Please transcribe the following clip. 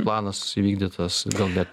planas įvykdytas gal ne